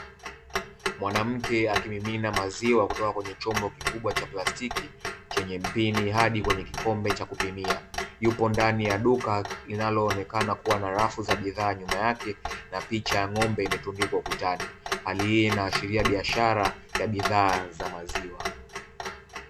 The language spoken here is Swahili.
Mwanamke akimimina maziwa kutoka kwenye chombo kikubwa cha plastiki chenye mpini hadi kwenye kikombe cha kupimia. Yupo ndani ya duka linaloonekana kuwa na rafu za bidhaa nyuma yake, na picha ya ng'ombe imetundikwa ukutani. Hali inayoashiria biashara ya bidhaa za maziwa.